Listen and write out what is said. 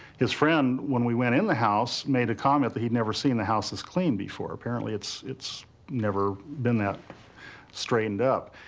his friend, when we went in the house, made a comment that he'd never seen the house this clean before. apparently, it's it's never been that straightened up.